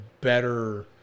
better